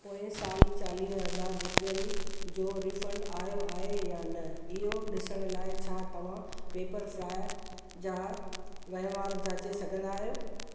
पोएं साल में चालीअ हज़ार रुपियनि जो रीफंड आयो आहे या न इहो ॾिसण लाइ छा तव्हां पेपरफ़्राय जा वहिंवारु जाचे सघंदा आहियो